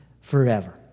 forever